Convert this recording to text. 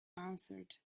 answered